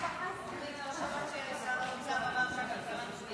שמעת ששר האוצר אמר שהכלכלה מצוינת?